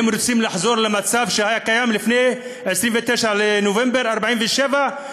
הם רוצים לחזור למצב שהיה קיים לפני 29 בנובמבר 1947,